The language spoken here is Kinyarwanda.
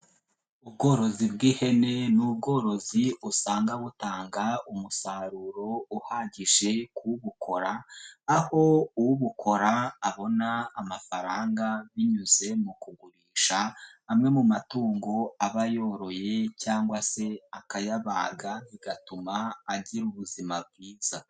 Ubworozi bw'ihene ni ubworozi usanga butanga umusaruro uhagije k'ubukora, aho ubukora abona amafaranga binyuze mu kugurisha amwe mu matungo aba yoroye cyangwa se akayabaga, bigatuma agira ubuzima bwiza.